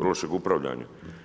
lošeg upravljanja.